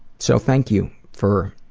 so thank you for